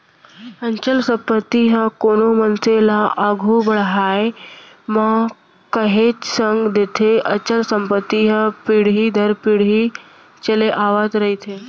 अचल संपत्ति ह कोनो मनसे ल आघू बड़हाय म काहेच संग देथे अचल संपत्ति ह पीढ़ी दर पीढ़ी चले आवत रहिथे